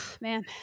Man